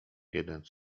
jeden